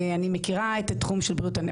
אני מכירה את התחום של בריאות הנפש.